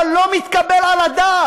אבל לא מתקבל על הדעת